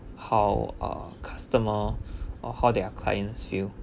how uh customer or how their clients feel